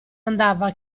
andava